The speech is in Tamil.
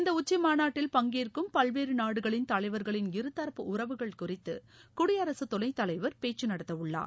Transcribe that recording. இந்த உச்சிமாநாட்டில் பங்கேற்கும் பல்வேறு நாடுகளின் தலைவர்களின் இருதரப்பு உறவுகள் குறித்து குடியரசு துணைத் தலைவர் பேச்சு நடத்த உள்ளார்